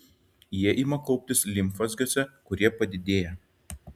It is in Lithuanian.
jie ima kauptis limfmazgiuose kurie padidėja